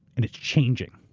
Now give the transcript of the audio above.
and it's changing.